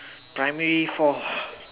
primary four